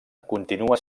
continua